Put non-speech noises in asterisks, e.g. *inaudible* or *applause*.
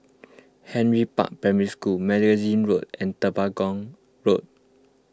Henry Park Primary School Magazine Road and *unintelligible* Road